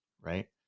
Right